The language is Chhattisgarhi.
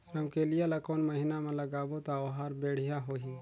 रमकेलिया ला कोन महीना मा लगाबो ता ओहार बेडिया होही?